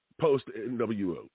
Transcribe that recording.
post-NWO